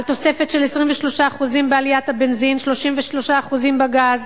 על תוספת של 23% בבנזין, 33% בגז.